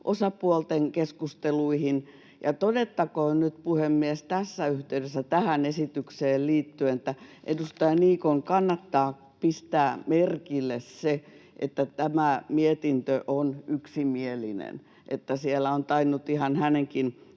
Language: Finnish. työmarkkinaosapuolten keskusteluihin. Ja todettakoon nyt, puhemies, tässä yhteydessä tähän esitykseen liittyen, että edustaja Niikon kannattaa pistää merkille, että tämä mietintö on yksimielinen, eli siellä on tainnut ihan hänenkin